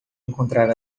encontrar